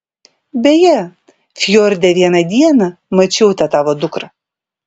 beje fjorde vieną dieną mačiau tą tavo dukrą